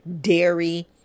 dairy